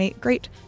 great